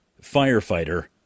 firefighter